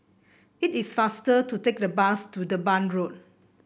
it is faster to take the bus to Durban Road